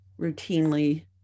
routinely